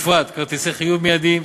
ובפרט, כרטיסי חיוב מיידי.